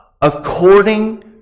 according